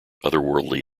otherworldly